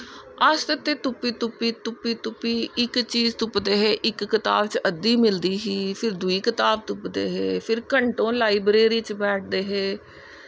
अस ते तुप्पी तुप्पी तुप्पी इक चीज़ तुप्पदे हे कताब च अध्दी मिलदी ही फिर दुई कताब च तुप्पदे दे हे फिर घैटों लाईबरेरी च बैठदे हे